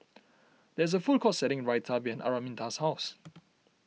there is a food court selling Raita behind Araminta's house